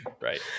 right